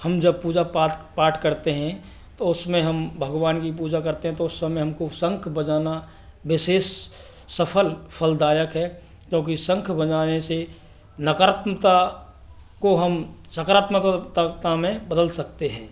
हम जब पूजा पाठ करते हैं तो उसमें हम भगवान की पूजा करते हैं तो उस समय हमको शंख बजाना विशेष सफ़ल फलदायक है क्योंकि शंख बजाने से नकारत्माकता को हम सकारात्मकता में बदल सकते हैं